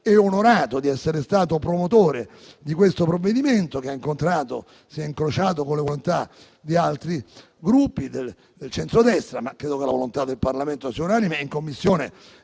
onorato di essere stato promotore di questo provvedimento che si è incrociato con le volontà di altri Gruppi del centrodestra, ma credo che la volontà del Parlamento sia unanime. Anche se